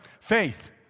faith